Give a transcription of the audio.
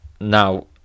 now